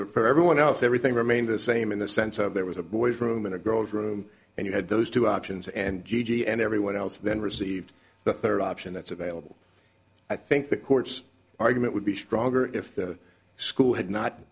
everyone else everything remained the same in the sense of there was a boys room in the girls room and you had those two options and gigi and everyone else then received the third option that's available i think the courts argument would be stronger if the school had not